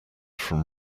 from